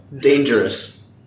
Dangerous